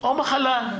או מחלה.